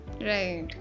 Right